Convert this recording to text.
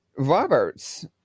Roberts